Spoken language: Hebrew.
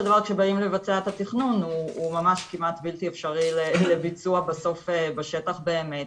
דבר כשבאים לבצע את התכנון הוא ממש כמעט בלתי אפשרי לביצוע בשטח באמת.